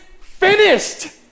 finished